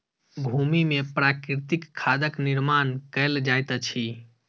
भूमि में प्राकृतिक खादक निर्माण कयल जाइत अछि